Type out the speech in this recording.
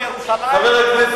אמרת.